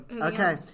Okay